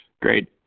Great